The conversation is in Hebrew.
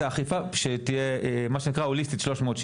האכיפה שתהיה מה שנקרא הוליסטית 360 מעלות,